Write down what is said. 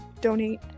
donate